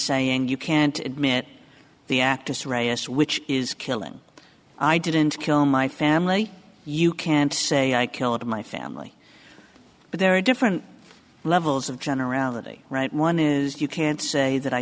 saying you can't admit the actus reus which is killing i didn't kill my family you can't say i killed my family but there are different levels of generality write one is you can't say that i